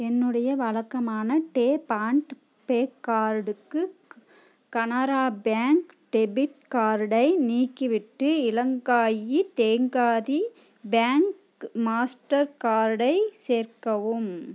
என்னுடைய வழக்கமான tap and pay கார்டுக்கு கனரா பேங்க் டெபிட் கார்டை நீக்கி விட்டு இலங்காயி தேங்காதி பேங்க் மாஸ்டர் கார்டை சேர்க்கவும்